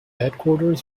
headquarters